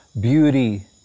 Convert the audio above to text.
beauty